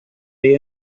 day